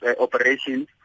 operations